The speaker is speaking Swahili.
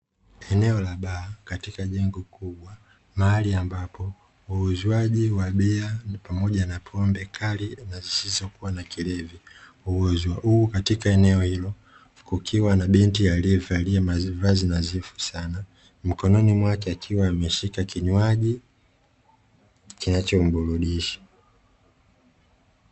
Eneo la baa katika jengo kubwa mahali ambapo uuzwaji wa bia pamoja na pombe kali na zisizokua na kilevi huuzwa, huku katika eneo hilo kukiwa na binti aliyevalia mavazi nadhifu sana mkononi mwake akiwa ameshika kinywaji kinachomburudisha.